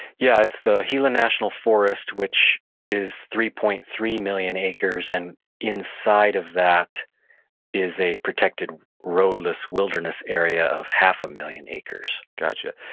yeah. it's the gila national forest, which is three point three million acres, and inside of that is a protected roadless wilderness area of half a million acres gotcha.